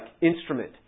instrument